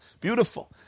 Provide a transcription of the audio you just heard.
Beautiful